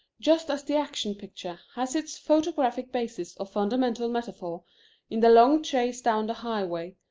just as the action picture has its photographic basis or fundamental metaphor in the long chase down the highway,